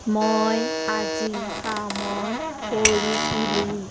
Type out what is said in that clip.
মই আজি কামত পৰিছিলোঁ